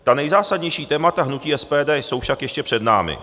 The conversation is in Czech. Ta nejzásadnější témata hnutí SPD jsou však ještě před námi.